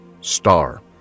Star